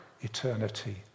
eternity